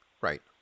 right